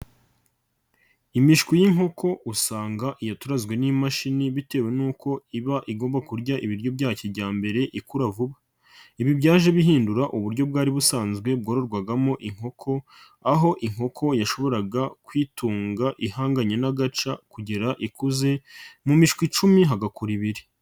Imishwi y'inkoko usanga iyaturazwe n'imashini bitewe n'uko iba igomba kurya ibiryo bya kijyambere ikura vuba, ibi byaje bihindura uburyo bwari busanzwe bwororwagamo inkoko aho inkoko yashoboraga kwitunga ihanganye n'agaca kugera ikuze, mu mishwi icumi hagakura ibiri.